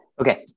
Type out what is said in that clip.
Okay